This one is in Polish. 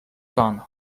pan